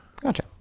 Gotcha